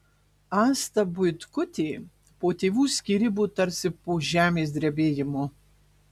asta buitkutė po tėvų skyrybų tarsi po žemės drebėjimo